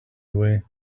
away